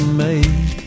made